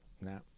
no